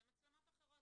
זה מצלמות אחרות,